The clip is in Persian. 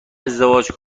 ازدواج